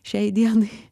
šiai dienai